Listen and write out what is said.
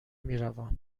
میروم